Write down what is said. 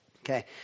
Okay